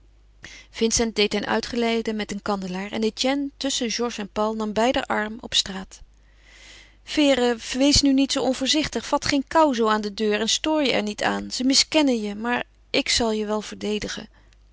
vincent deed hen uitgeleide met een kandelaar en etienne tusschen georges en paul nam beider arm op straat vere wees nu niet zoo onvoorzichtig vat geen kou zoo aan de deur en stoor je er niet aan ze miskennen je maar ik zal je wel verdedigen